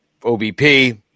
OBP